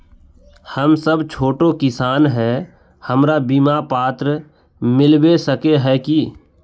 हम सब छोटो किसान है हमरा बिमा पात्र मिलबे सके है की?